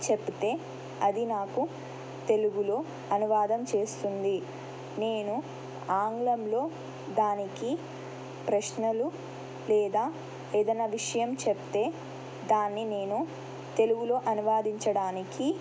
చెప్తే అది నాకు తెలుగులో అనువాదం చేస్తుంది నేను ఆంగ్లంలో దానికి ప్రశ్నలు లేదా ఏదైనా విషయం చెప్తే దాన్ని నేను తెలుగులో అనువదించడానికి